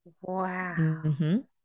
Wow